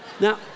Now